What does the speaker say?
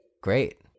Great